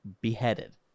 beheaded